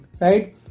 right